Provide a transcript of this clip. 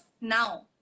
now